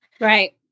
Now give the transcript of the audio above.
Right